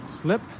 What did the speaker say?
slip